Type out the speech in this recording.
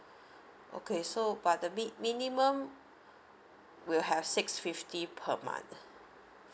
okay so but the min~ minimum will have six fifty per month